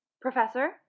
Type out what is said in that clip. Professor